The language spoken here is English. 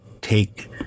take